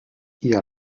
ihr